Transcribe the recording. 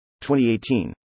2018